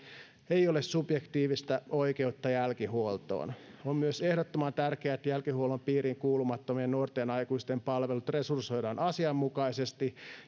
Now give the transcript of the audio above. ei ole subjektiivista oikeutta jälkihuoltoon on myös ehdottoman tärkeää että jälkihuollon piiriin kuulumattomien nuorten aikuisten palvelut resursoidaan asianmukaisesti